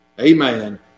Amen